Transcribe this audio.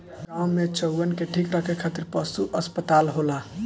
गाँव में चउवन के ठीक रखे खातिर पशु अस्पताल होला